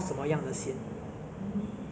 basically what I would drop ah